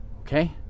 Okay